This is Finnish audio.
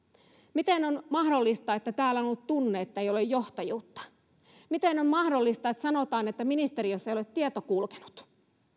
miten on mahdollista että täällä on ollut tunne että ei ole johtajuutta miten on mahdollista että sanotaan että ministeriössä ei ole tieto kulkenut